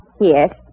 Yes